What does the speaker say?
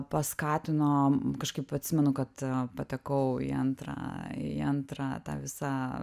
paskatino kažkaip atsimenu kad patekau į antrą į antrą tą visą